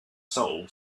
soul